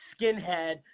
skinhead